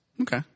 Okay